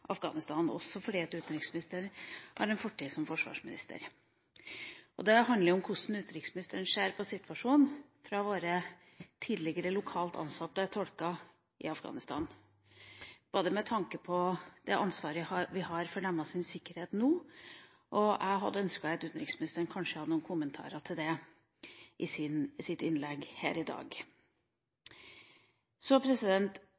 Afghanistan, også fordi utenriksministeren har en fortid som forsvarsminister. Det handler om hvordan utenriksministeren ser på situasjonen for våre tidligere lokalt ansatte tolker i Afghanistan, med tanke på det ansvaret vi har for deres sikkerhet nå. Jeg hadde ønsket at utenriksministeren hadde noen kommentarer til det i sitt innlegg her i